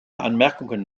anmerkungen